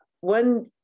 one